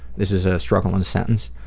this is a struggle in a sentence.